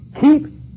Keep